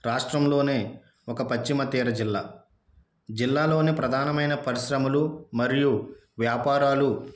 రాష్ట్రంలోనే ఒక పశ్చిమ తీర జిల్లా జిల్లాలోని ప్రధానమైన పరిశ్రమలు మరియు వ్యాపారాలు